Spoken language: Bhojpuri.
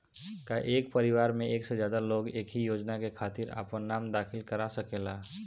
का एक परिवार में एक से ज्यादा लोग एक ही योजना के खातिर आपन नाम दाखिल करा सकेला?